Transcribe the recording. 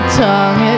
tongue